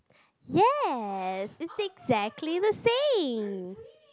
yes it's exactly the same